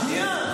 שנייה,